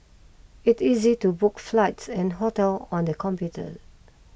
it easy to book flights and hotel on the computer